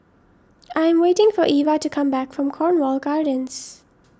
I am waiting for Eva to come back from Cornwall Gardens